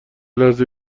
لحظه